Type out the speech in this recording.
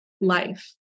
life